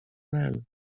nel